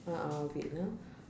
a'ah wait ah